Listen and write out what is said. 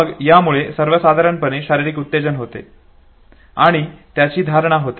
मग यामुळे साधारणपणे शारीरिक उत्तेजन होते आणि त्याची धारणा होते